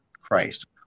Christ